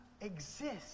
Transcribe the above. exist